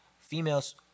females